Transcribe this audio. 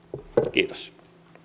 kiitos